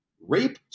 Rape